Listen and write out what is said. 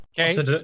Okay